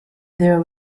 there